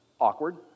Awkward